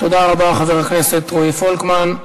תודה רבה, חבר הכנסת רועי פולקמן.